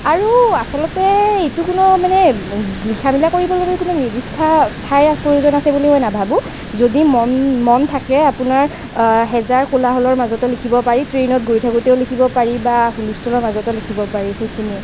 আৰু আচলতে এইটো কোনো মানে লিখা মেলা কৰিবলৈ মই নিৰ্দিষ্ট ঠাইৰ প্ৰয়োজন বুলি মই নাভাবোঁ যদি মন মন থাকে আপোনাৰ হেজাৰ কোলাহলৰ মাজতো লিখিব পাৰি ট্ৰেইনত গৈ থাকোঁতেও লিখিব পাৰি বা হুলস্থুলৰ মাজতো লিখিব পাৰি সেইখিনিয়েই